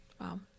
Wow